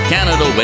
Canada